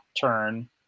turn